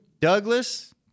Douglas